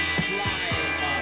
slime